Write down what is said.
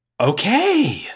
Okay